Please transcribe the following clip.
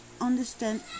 understand